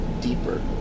deeper